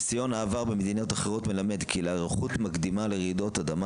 ניסיון העבר במדינות אחרות מלמד כי להיערכות מקדימה לרעידות אדמה